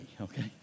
okay